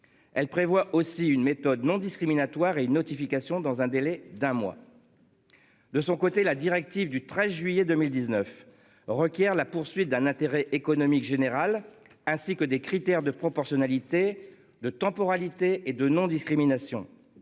Elle prévoit aussi une méthode non discriminatoire et notification dans un délai d'un mois.-- De son côté la directive du 13 juillet 2019 requiert la poursuite d'un intérêt économique générale, ainsi que des critères de proportionnalité de temporalité et de non-discrimination.